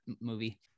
movie